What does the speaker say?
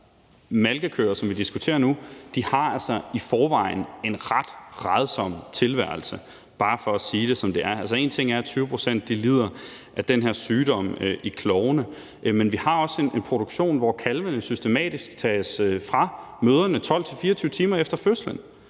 malkekøer, som vi diskuterer nu, i forvejen har en ret rædsom tilværelse – bare for at sige det, som det er. En ting er, at 20 pct. lider af den sygdom i klovene, en anden ting er, at vi altså også har en produktion, hvor kalvene systematisk tages fra mødrene 12-24 timer efter fødslen.